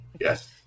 Yes